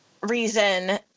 reason